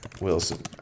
Wilson